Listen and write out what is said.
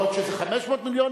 יכול להיות שזה 500 מיליון,